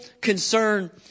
concern